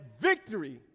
victory